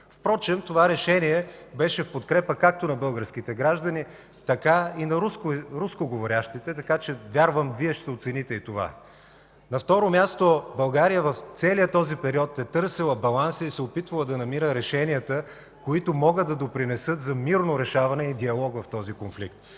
Впрочем това решение беше в подкрепа както на българските граждани, така и на рускоговорящите, така че вярвам, Вие ще оцените и това. На второ място, България в целия този период е търсила баланса и се е опитвала да намира решенията, които могат да допринесат за мирно решаване и диалог в този конфликт,